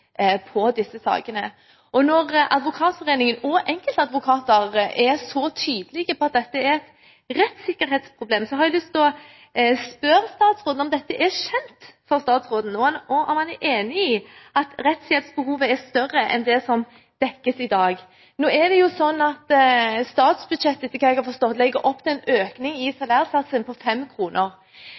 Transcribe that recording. disse sakene. Når Advokatforeningen og enkeltadvokater er så tydelige på at dette er et rettssikkerhetsproblem, har jeg lyst til å spørre statsråden om dette er kjent for ham og om han er enig i at rettshjelpsbehovet er større enn det som dekkes i dag. Nå er det sånn at statsbudsjettet, etter det jeg har forstått, legger opp til en økning i salærsatsen på